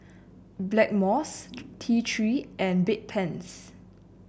Blackmores T Three and Bedpans